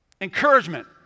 encouragement